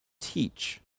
teach